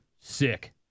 sick